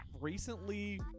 Recently